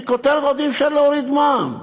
מכותרת עוד אי-אפשר להוריד מע"מ.